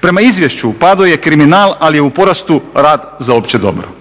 Prema izvješću u padu je kriminal, ali je u porastu rad za opće dobro.